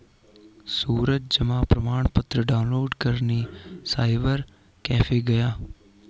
सूरज जमा प्रमाण पत्र डाउनलोड करने साइबर कैफे गया